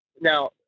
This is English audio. now